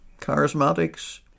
Charismatics